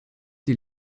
die